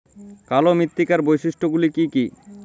কালো মৃত্তিকার বৈশিষ্ট্য গুলি কি কি?